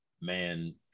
Man